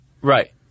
Right